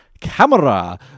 camera